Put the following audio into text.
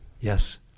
Yes